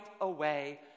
away